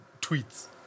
tweets